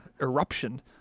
eruption